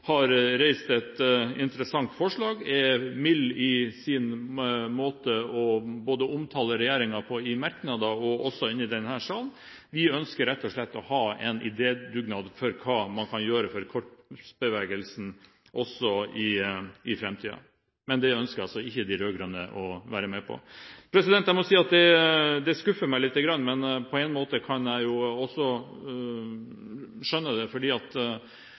har reist et interessant forslag, og som er mild i sin måte å omtale regjeringen på, både i merknader og i denne salen. Vi ønsker rett og slett å ha en idédugnad om hva man kan gjøre for korpsbevegelsen også i framtiden. Men det ønsker altså ikke de rød-grønne å være med på. Jeg må si at det skuffer meg lite grann, men på en måte kan jeg jo også skjønne det.